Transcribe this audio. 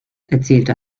erzählte